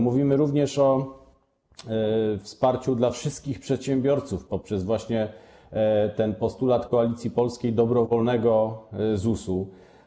Mówimy również o wsparciu dla wszystkich przedsiębiorców poprzez postulat Koalicji Polskiej dobrowolnego ZUS-u.